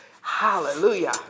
Hallelujah